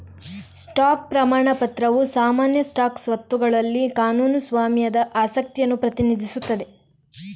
stock ಪ್ರಮಾಣ ಪತ್ರವು ಸಾಮಾನ್ಯ ಸ್ಟಾಕ್ ಸ್ವತ್ತುಗಳಲ್ಲಿ ಕಾನೂನು ಸ್ವಾಮ್ಯದ ಆಸಕ್ತಿಯನ್ನು ಪ್ರತಿನಿಧಿಸುತ್ತದೆ